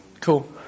Cool